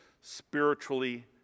spiritually